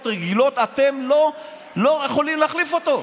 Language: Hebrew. רגילות אתם לא יכולים להחליף אותו,